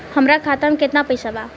हमरा खाता मे केतना पैसा बा?